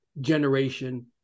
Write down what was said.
generation